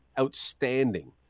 outstanding